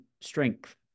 strength